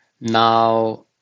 Now